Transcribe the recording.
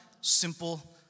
simple